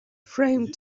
framed